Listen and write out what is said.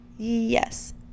yes